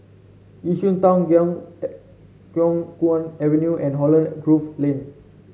Yishun Town Khiang Khiang Guan Avenue and Holland Grove Lane